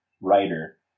writer